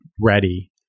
ready